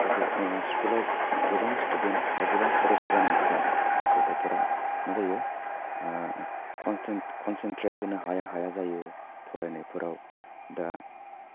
गथ' स्कुलाव गोबां स्टुडेन्ट बा गोबां फरायसा जानायनि थाखाय गथ'फ्रा मा जायो कनसेनट्रेट होनो हाया हाया जायो फरायनायफोराव दा